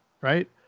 right